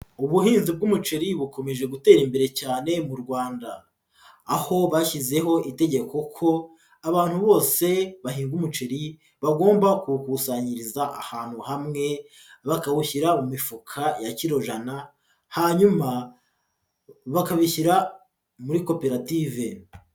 Ubuhinzi bw'umuceri bukomeje gutera imbere cyane mu Rwanda, aho bashyizeho itegeko ko abantu bose bahinga umuceri bagomba kuwukusanyiriza ahantu hamwe, bakawushyira mu mifuka ya kirojana, hanyuma bakabishyira muri koperative.